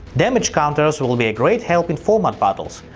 damage counters will will be a great help in format battles.